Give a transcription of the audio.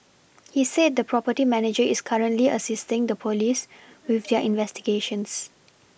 he said the property manager is currently assisting the police with their investigations